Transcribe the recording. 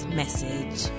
message